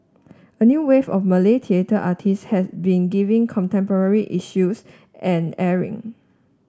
a new wave of Malay theatre artist has been giving contemporary issues an airing